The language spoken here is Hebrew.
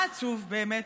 מה שעצוב באמת,